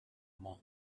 monk